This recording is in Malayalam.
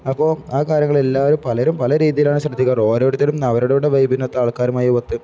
അപ്പോള് ആ കാര്യങ്ങളെല്ലാവരും പലരും പല രീതിയിലാണ് ശ്രദ്ധിക്കാറ് ഓരോരുത്തരും അവരുടെ വൈബിനൊത്ത ആൾക്കാരുമായി ഒത്ത്